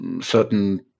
certain